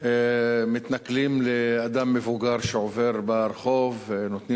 מתנכלים לאדם מבוגר שעובר ברחוב ונותנים